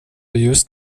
just